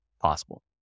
possible